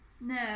no